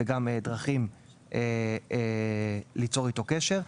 ויידע את הדרכים ליצור איתה קשר.